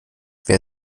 wer